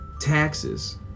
taxes